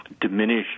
diminish